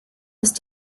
ist